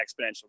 exponential